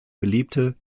beliebte